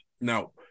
now